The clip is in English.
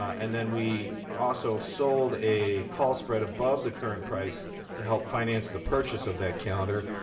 and then we also sold a call spread above the current price to help finance the purchase of that calendar.